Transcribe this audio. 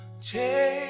change